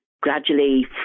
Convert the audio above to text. Gradually